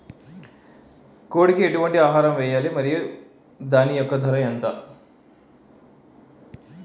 కోడి కి ఎటువంటి ఆహారం వేయాలి? మరియు దాని యెక్క ధర ఎంత?